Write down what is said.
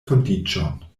kondiĉon